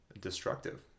Destructive